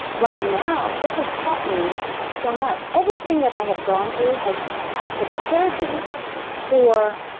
right now it has taught me so much. everything that i have gone through has has prepared me for